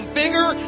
bigger